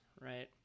right